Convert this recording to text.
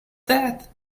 that